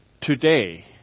today